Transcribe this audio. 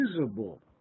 visible